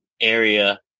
area